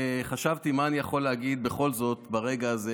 חשבתי מה אני יכול להגיד בכל זאת ברגע הזה,